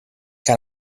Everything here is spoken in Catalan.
que